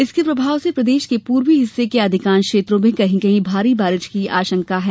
इसके प्रभाव से प्रदेश के पूर्वी हिस्से के अधिकांश क्षेत्रों में कहीं कहीं भारी बारिश की आशंका है